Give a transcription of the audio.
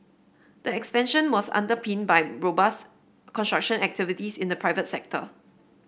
the expansion was underpinned by robust construction activities in the private sector